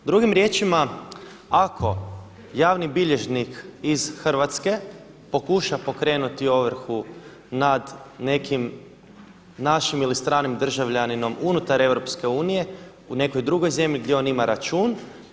Drugim riječima, ako javni bilježnik iz Hrvatske pokuša pokrenuti ovrhu nad nekim našim ili stranim državljaninom unutar EU u nekoj drugoj zemlji gdje on ima račun.